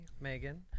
Megan